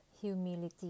humility